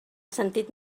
sentit